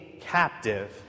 captive